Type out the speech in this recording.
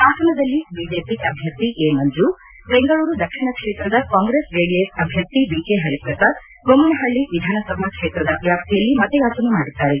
ಹಾಸನದಲ್ಲಿ ಬಿಜೆಪಿ ಅಭ್ಯರ್ಥಿ ಎ ಮಂಜು ಬೆಂಗಳೂರು ದಕ್ಷಿಣ ಕ್ಷೇತ್ರದ ಕಾಂಗ್ರೆಸ್ ಜೆಡಿಎಸ್ ಅಭ್ಯರ್ಥಿ ಬಿ ಕೆ ಪರಿಪ್ರಸಾದ್ ಬೊಮ್ಮನಪಳ್ಳಿ ವಿಧಾನಸಭಾ ಕ್ಷೇತ್ರದ ವ್ಯಾಪ್ತಿಯಲ್ಲಿ ಮತಯಾಚನೆ ಮಾಡಿದ್ದಾರೆ